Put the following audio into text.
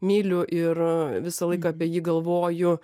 myliu ir visą laiką apie jį galvoju